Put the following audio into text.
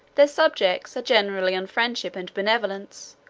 their subjects are, generally on friendship and benevolence,